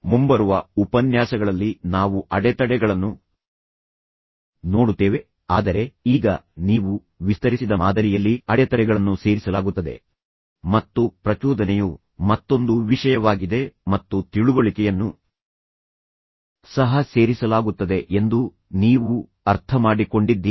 ಮುಂಬರುವ ಉಪನ್ಯಾಸಗಳಲ್ಲಿ ನಾವು ಅಡೆತಡೆಗಳನ್ನು ನೋಡುತ್ತೇವೆ ಆದರೆ ಈಗ ನೀವು ವಿಸ್ತರಿಸಿದ ಮಾದರಿಯಲ್ಲಿ ಅಡೆತಡೆಗಳನ್ನು ಸೇರಿಸಲಾಗುತ್ತದೆ ಮತ್ತು ಪ್ರಚೋದನೆಯು ಮತ್ತೊಂದು ವಿಷಯವಾಗಿದೆ ಮತ್ತು ತಿಳುವಳಿಕೆಯನ್ನು ಸಹ ಸೇರಿಸಲಾಗುತ್ತದೆ ಎಂದು ನೀವು ಅರ್ಥಮಾಡಿಕೊಂಡಿದ್ದೀರಿ